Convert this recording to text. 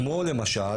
כמו למשל,